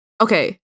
okay